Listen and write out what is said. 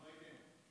התשובה היא כן.